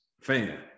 fan